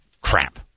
Crap